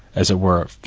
as it were,